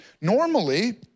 normally